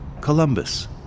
Columbus